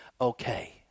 okay